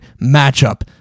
matchup